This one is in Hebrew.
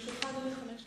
לרשותך, אדוני, חמש דקות.